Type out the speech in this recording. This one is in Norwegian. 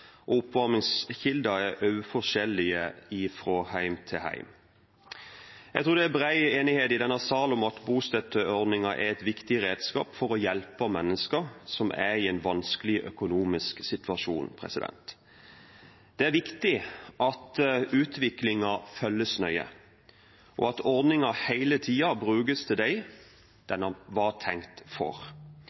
og oppvarmingskildene er også forskjellige fra hjem til hjem. Jeg tror det er bred enighet i denne sal om at bostøtteordningen er et viktig redskap for å hjelpe mennesker som er i en vanskelig økonomisk situasjon. Det er viktig at utviklingen følges nøye, og at ordningen hele tiden brukes til dem den var tenkt for.